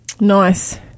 Nice